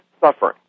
suffering